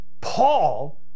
Paul